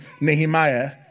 Nehemiah